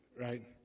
right